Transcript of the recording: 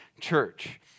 Church